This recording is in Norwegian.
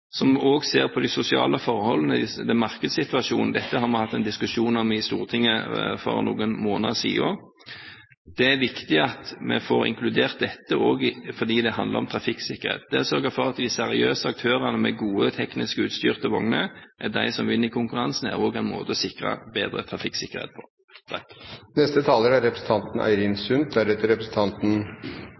som også ser på de sosiale forholdene og situasjonen i markedet. Dette hadde vi en diskusjon om i Stortinget for noen måneder siden. Det er viktig at vi får inkludert dette, fordi det handler om trafikksikkerhet. Det å sørge for at de seriøse aktørene, med godt teknisk utstyr til vogntogene, er de som vinner konkurransen, er også en måte å sikre bedre trafikksikkerhet